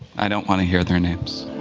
i don't want to hear their names.